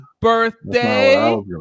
birthday